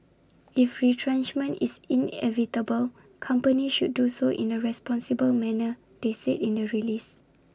if retrenchment is inevitable companies should do so in A responsible manner they said in the release